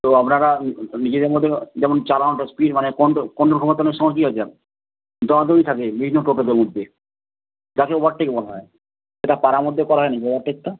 তো আপনারা নিজেদের মধ্যে যেমন চালানোটা স্পিড মানে কন্ট্রোল কন্ট্রোল ক্ষমতা অনেক সময় কি হয়ে যায় দলাদলি থাকে নিজেদের টোটোদের মধ্যে তাকে ওভারটেক বলা হয় এটা পাড়ার মধ্যে করা হয় নাকি ওভারটেকটা